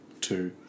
two